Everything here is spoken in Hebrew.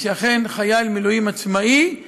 זה אומר שיש בהחלט ביטוי להשקעה